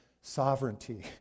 sovereignty